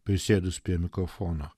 prisėdus prie mikrofono